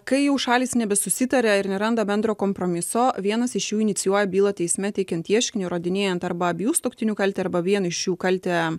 kai jau šalys nebesusitaria ir neranda bendro kompromiso vienas iš jų inicijuoja bylą teisme teikiant ieškinį įrodinėjant arba abiejų sutuoktinių kaltę arba vien iš jų kaltę